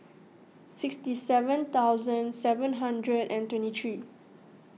sixty seven thousand seven hundred and twenty three